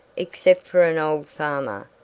except for an old farmer,